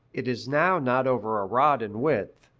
it is now not over a rod in width,